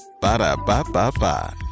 Ba-da-ba-ba-ba